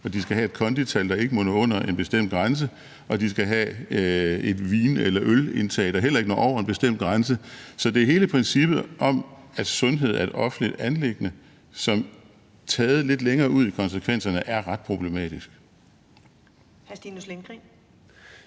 at de skal have et kondital, der ikke må nå under en bestemt grænse, og at de skal have et vin- eller ølindtag, der heller ikke når over en bestemt grænse. Så det er hele princippet om, at sundhed er et offentligt anliggende, som taget lidt længere ud i forhold til konsekvenserne er ret problematisk.